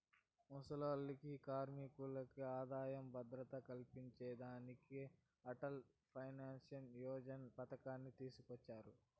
ముసలోల్లకి, కార్మికులకి ఆదాయ భద్రత కల్పించేదానికి అటల్ పెన్సన్ యోజన పతకాన్ని తీసుకొచ్చినారు